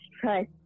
trust